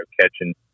catching